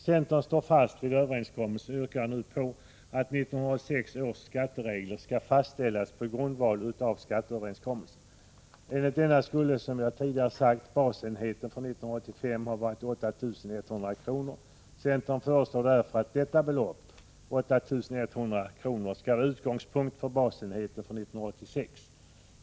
Centern står fast vid överenskommelsen och yrkar nu på att 1986 års ,skatteregler skall fastställas på grundval av skatteöverenskommelsen. Enligt denna skulle, som jag tidigare sade, basenheten för 1985 ha varit 8 100 kr. "Centern föreslår därför att detta belopp skall vara utgångspunkten för 'basenheten för 1986.